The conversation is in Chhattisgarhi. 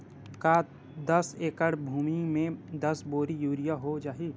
का दस एकड़ भुमि में दस बोरी यूरिया हो जाही?